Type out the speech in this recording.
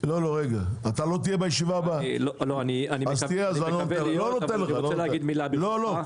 אז תהיה, לא נותן לך.